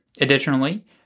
Additionally